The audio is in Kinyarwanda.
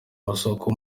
amasoko